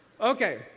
Okay